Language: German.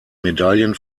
medaillen